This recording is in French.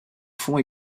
fond